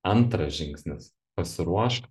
antras žingsnis pasiruošk